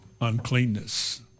uncleanness